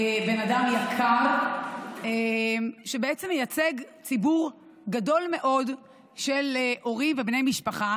בן אדם יקר שבעצם מייצג ציבור גדול מאוד של הורים ובני משפחה